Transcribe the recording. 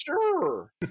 sure